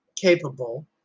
capable